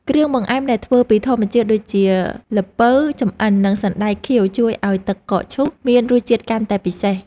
គ្រឿងបង្អែមដែលធ្វើពីធម្មជាតិដូចជាល្ពៅចម្អិននិងសណ្តែកខៀវជួយឱ្យទឹកកកឈូសមានរសជាតិកាន់តែពិសេស។